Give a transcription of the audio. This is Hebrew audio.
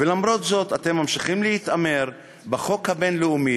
ולמרות זאת אתם ממשיכים להתעמר בחוק הבין-לאומי,